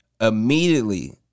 immediately